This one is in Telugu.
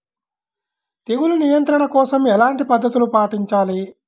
తెగులు నియంత్రణ కోసం ఎలాంటి పద్ధతులు పాటించాలి?